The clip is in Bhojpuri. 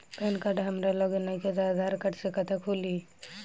पैन कार्ड हमरा लगे नईखे त आधार कार्ड से खाता कैसे खुली?